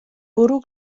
bwrw